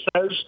says